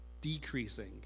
decreasing